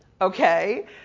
Okay